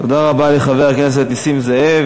תודה רבה לחבר הכנסת נסים זאב.